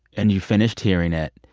and you finished hearing it,